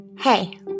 Hey